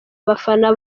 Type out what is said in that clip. abafana